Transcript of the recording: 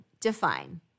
define